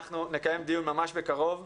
אנחנו נקיים דיון ממש בקרוב.